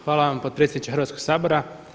Hvala vam potpredsjedniče Hrvatskog sabora.